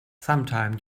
sometime